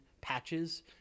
patches